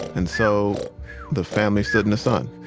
and so the family stood in the sun.